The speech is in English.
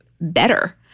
better